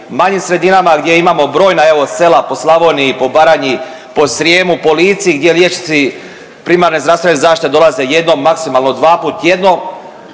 manjim sredinama gdje imamo brojna evo sela po Slavoniji i po Baranji, po Srijemu, po Lici gdje liječnici primarne zdravstvene zaštite dolaze jednom, maksimalno dvaput tjedno.